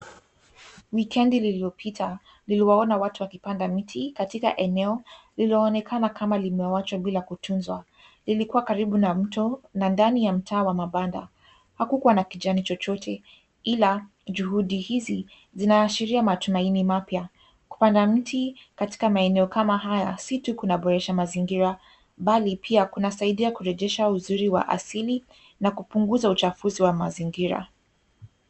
Wikendi lililopita, niliwaona watu wakipanda miti katika eneo, lililoonekana kama limewachwa bila kutunzwa. Lilikuwa karibu na mto na ndani ya mtaa wa mabanda. Hakukuwa na kijani chochote, ila juhudi hizi zinaashiria matumaini mapya. Kupanda mti katika maeneo kama haya, si tu kunaboresha mazingira, bali pia kunasaidia kurejesha uzuri wa asili na kupunguza uchafuzi wa mazingira.